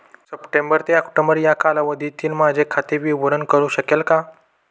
September ते October या कालावधीतील माझे खाते विवरण कळू शकेल का?